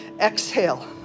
exhale